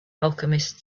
alchemist